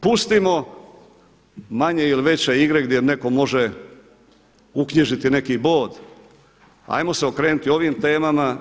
Pustimo manje ili veće igre gdje netko može uknjižiti neki bod, 'ajmo se okrenuti ovim temama.